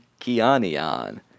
Kianian